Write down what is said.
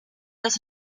das